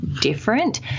different